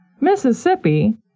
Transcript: Mississippi